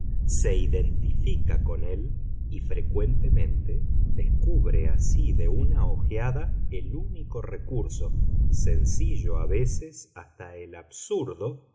se identifica con él y frecuentemente descubre así de una ojeada el único recurso sencillo a veces hasta el absurdo